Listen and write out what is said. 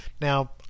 Now